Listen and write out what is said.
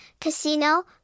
casino